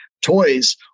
toys